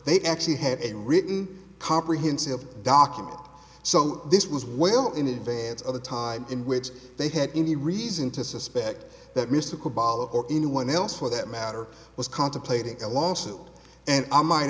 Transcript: they actually have a written comprehensive document so this was well in advance of the time in which they had any reason to suspect that mystical or anyone else for that matter was contemplating a lawsuit and